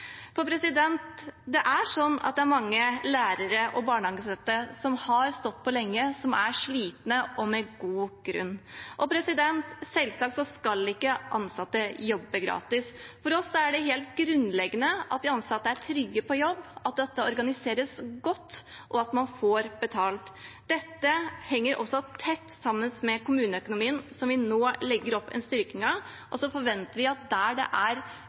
for det er mange lærere og barnehageansatte som har stått på lenge og er slitne – og med god grunn. Selvsagt skal ikke ansatte jobbe gratis. For oss er det helt grunnleggende at de ansatte er trygge på jobb, at dette organiseres godt, og at man får betalt. Dette henger også tett sammen med kommuneøkonomien, som vi nå legger opp til en styrking av. Vi forventer at der det er